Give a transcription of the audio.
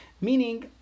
Meaning